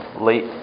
late